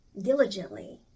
diligently